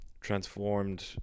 transformed